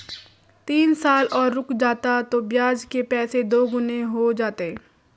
तीन साल और रुक जाता तो ब्याज के पैसे दोगुने हो जाते